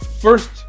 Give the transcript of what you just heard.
First